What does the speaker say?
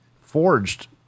forged